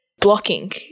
blocking